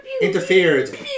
Interfered